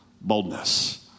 boldness